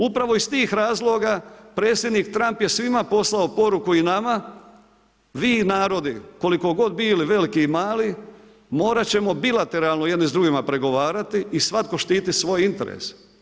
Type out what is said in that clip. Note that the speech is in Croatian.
Upravo iz tih razloga predsjednik Trump je svima poslao poruku i nama, vi narodi koliko god bili veliki i mali morat ćemo bilateralno jedni s drugima pregovarati i svatko štiti svoje interese.